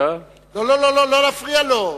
לא להפריע לו.